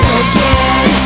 again